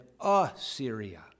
Assyria